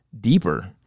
deeper